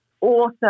awesome